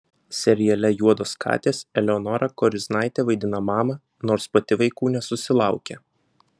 seriale juodos katės eleonora koriznaitė vaidina mamą nors pati vaikų nesusilaukė